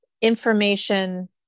information